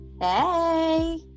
Hey